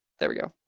there we go.